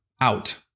out